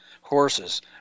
horses